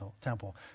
temple